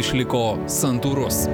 išliko santūrus